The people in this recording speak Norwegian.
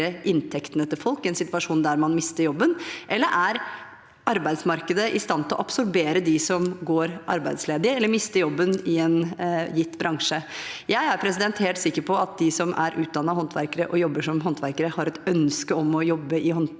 i en situasjon der man mister jobben, eller er arbeidsmarkedet i stand til å absorbere dem som går arbeidsledig eller mister jobben i en gitt bransje? Jeg er helt sikker på at de som er utdannet til håndverker og jobber som håndverker, har et ønske om å jobbe som håndverker,